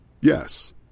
Yes